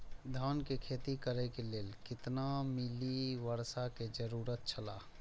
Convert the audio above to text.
धान के खेती करे के लेल कितना मिली वर्षा के जरूरत छला?